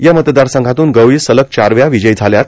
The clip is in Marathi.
या मतदारसंघातून गवळी सलग चार वेळा विजयी झाल्यात